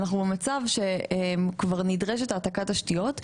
אנחנו במצב שכבר נדרשת העתקת תשתיות,